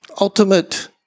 ultimate